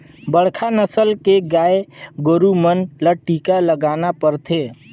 बड़खा नसल के गाय गोरु मन ल टीका लगाना परथे